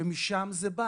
משם זה בא.